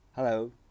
Hello